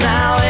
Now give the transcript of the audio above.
Now